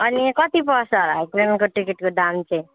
अनि कति पर्छ होला ट्रेनको टिकटको दाम चाहिँ